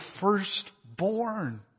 firstborn